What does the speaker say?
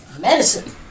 Medicine